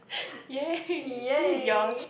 !yay! this is yours